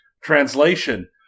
Translation